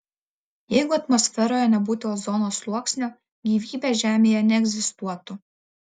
jeigu atmosferoje nebūtų ozono sluoksnio gyvybė žemėje neegzistuotų